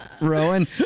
Rowan